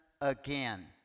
again